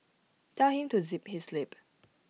tell him to zip his lip